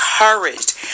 encouraged